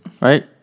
Right